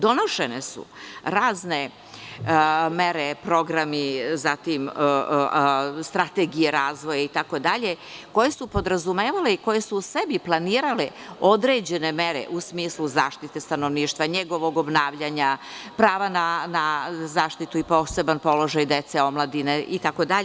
Donošene su razne mere, programi, strategije razvoja itd. koje su podrazumevale i koje su u sebi planirale određene mere u smislu zaštite stanovništva, njegovog obnavljanja, prava na zaštitu i poseban položaj dece, omladine itd.